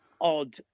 odd